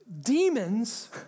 Demons